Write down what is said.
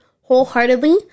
wholeheartedly